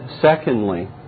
secondly